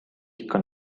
ikka